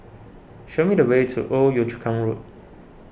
show me the way to Old Yio Chu Kang Road